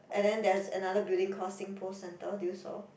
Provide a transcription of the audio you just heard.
and then there's another building called SingPost Centre did you saw